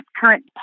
current